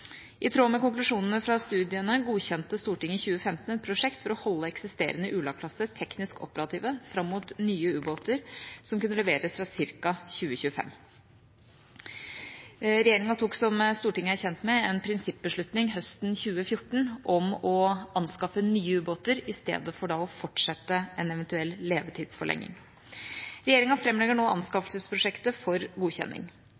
I tråd med konklusjonene fra studiene godkjente Stortinget i 2015 et prosjekt for å holde eksisterende Ula-klasse-ubåter teknisk operative fram mot nye ubåter, som kunne leveres fra ca. 2025. Regjeringa tok, som Stortinget er kjent med, en prinsippbeslutning høsten 2014 om å anskaffe nye ubåter i stedet for da å fortsette en eventuell levetidsforlenging. Regjeringa framlegger nå